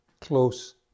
close